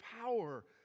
power